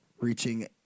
reaching